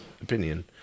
opinion